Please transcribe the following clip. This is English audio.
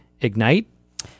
Ignite